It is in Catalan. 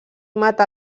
mata